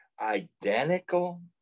identical